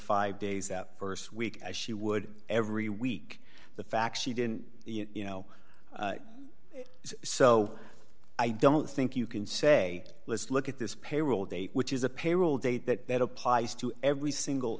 five days out st week as she would every week the fact she didn't you know so i don't think you can say let's look at this payroll date which is a payroll date that that applies to every single